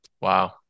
Wow